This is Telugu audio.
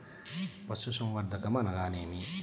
పశుసంవర్ధకం అనగానేమి?